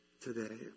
today